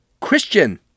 Christian